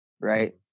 right